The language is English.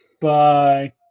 Bye